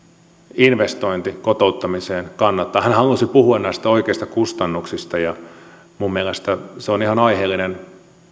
investointi kotouttamiseen kannattaa hän halusi puhua näistä oikeista kustannuksista ja minun mielestäni se on ihan aiheellinen